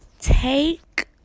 take